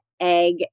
egg